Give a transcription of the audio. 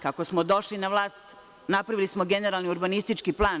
Kako smo došli na vlast, napravili smo generalni urbanistički plan.